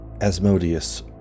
Asmodeus